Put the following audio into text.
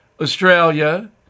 Australia